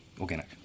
organic